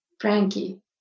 Frankie